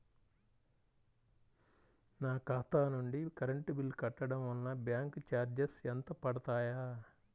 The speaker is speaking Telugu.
నా ఖాతా నుండి కరెంట్ బిల్ కట్టడం వలన బ్యాంకు చార్జెస్ ఎంత పడతాయా?